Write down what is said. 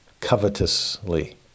Covetously